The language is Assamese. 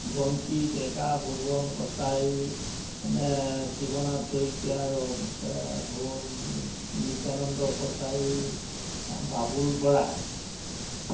বন্তি ডেকা ভুৱন কছাৰী শিৱনাথ শইকীয়া আৰু নিতানন্দ কছাৰী বাবুল বৰা